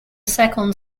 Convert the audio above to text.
second